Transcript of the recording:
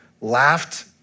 laughed